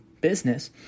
business